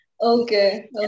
Okay